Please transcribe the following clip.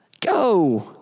Go